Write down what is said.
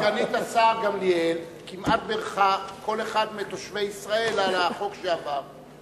סגנית השר גמליאל כמעט בירכה כל אחד מתושבי ישראל על החוק שעבר.